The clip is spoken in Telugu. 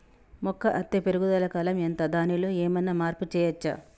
మొక్క అత్తే పెరుగుదల కాలం ఎంత దానిలో మనం ఏమన్నా మార్పు చేయచ్చా?